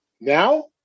Now